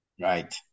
Right